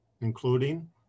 including